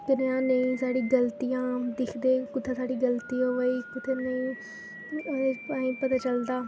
कनेहा नेईं साढ़ी गलतियां दिक्खदे कु'त्थें साढ़ी गलती होऐ दी कु'त्थें नेईं ओह्दे अहें ई पता चलदा